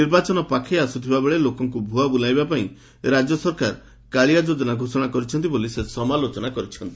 ନିର୍ବାଚନ ପାଖେଇ ଆସ୍ଥିବା ବେଳେ ଲୋକଙ୍ ଭୁଲାଇବା ପାଇଁ ରାଜ୍ୟ ସରକାର କାଳିଆ ଯୋଜନା ଘୋଷଣା କରିଛନ୍ତି ବୋଲି ସେ ସମାଲୋଚନା କରିଛନ୍ତି